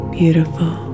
Beautiful